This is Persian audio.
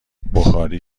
بخاری